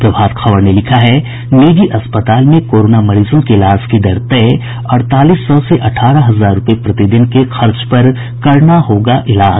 प्रभात खबर ने लिखा है निजी अस्पताल में कोरोना मरीजों के इलाज की दर तय अड़तालीस सौ से अठारह हजार रूपये प्रतिदिन के खर्च पर करना होगा इलाज